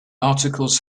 articles